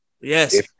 Yes